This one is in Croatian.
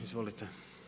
Izvolite.